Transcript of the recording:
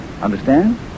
Understand